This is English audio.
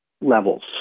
levels